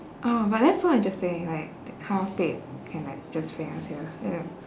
oh but that's so interesting like how fate can like just bring us here ya